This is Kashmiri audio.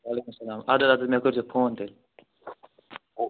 وعلیکُم سلام اَدٕ حظ اَدٕ حظ مےٚ کٔرۍ زیٚو فون تیٚلہِ